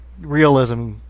realism